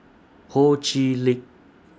Ho Chee Lick